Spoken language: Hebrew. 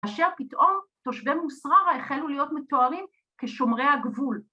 ‫אשר פתאום תושבי מוסררה ‫החלו להיות מתוארים כשומרי הגבול.